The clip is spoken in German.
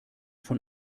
von